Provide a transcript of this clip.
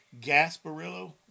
Gasparillo